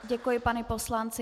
Děkuji panu poslanci.